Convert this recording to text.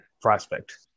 prospect